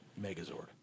Megazord